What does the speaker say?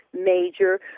major